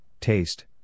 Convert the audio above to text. taste